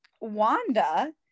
wanda